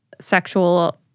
sexual